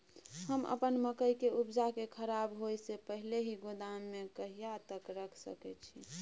हम अपन मकई के उपजा के खराब होय से पहिले ही गोदाम में कहिया तक रख सके छी?